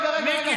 רגע, רגע.